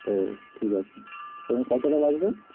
ও ঠিক আছে কতোটা লাগবে